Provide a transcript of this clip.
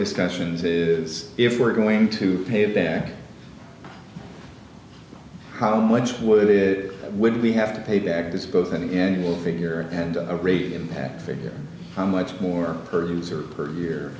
discussions is if we're going to pay back how much would it would we have to pay back this goes in will figure and a rate impact figure how much more per user per year